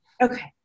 Okay